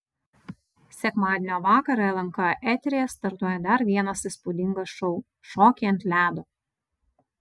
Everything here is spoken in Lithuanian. sekmadienio vakarą lnk eteryje startuoja dar vienas įspūdingas šou šokiai ant ledo